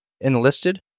enlisted